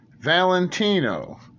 Valentino